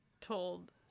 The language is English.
told